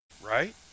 Right